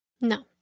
No